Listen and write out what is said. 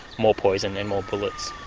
more poison and more bullets.